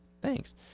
Thanks